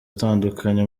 atandukanye